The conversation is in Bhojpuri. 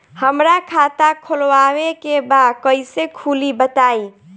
हमरा खाता खोलवावे के बा कइसे खुली बताईं?